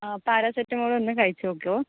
ആ പാരസെറ്റാമോളൊന്ന് കഴിച്ച് നോക്ക്